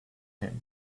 him